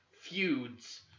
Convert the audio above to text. feuds